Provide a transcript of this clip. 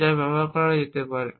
যা ব্যবহার করা যেতে পারে